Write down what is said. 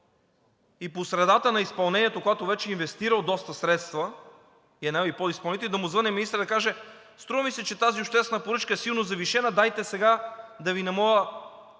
и по средата на изпълнението, когато вече е инвестирал доста средства и е наел подизпълнители, да му звънне министърът и да каже: струва ми се, че тази обществена поръчка е силно завишена, дайте сега да Ви намаля